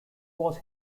was